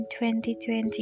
2020